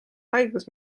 haigus